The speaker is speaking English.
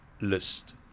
list